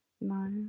No